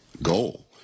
Goal